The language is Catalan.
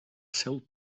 seu